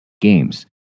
games